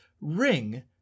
ring